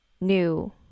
new